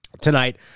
Tonight